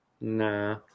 nah